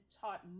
taught